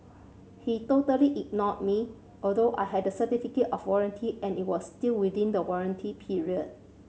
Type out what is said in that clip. he totally ignored me although I had a certificate of warranty and it was still within the warranty period